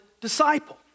disciple